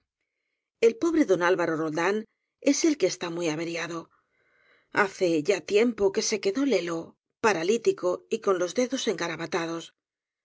el pobre don alvaro roldán es el que está muy averiado hace ya tiempo que se quedó lelo para lítico y con los dedos